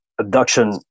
abduction